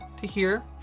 to here.